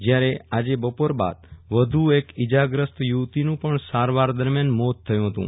જ્યારે આજે બપોર બાદ વધુ એક ઈજાગ્રસ્ત યુવતીનું પણ સારવાર દરમ્યાન મોત થયુ હતું